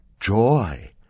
joy